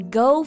go